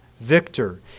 victor